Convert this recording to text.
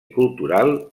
cultural